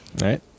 right